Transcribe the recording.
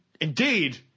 Indeed